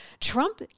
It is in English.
Trump